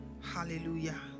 Hallelujah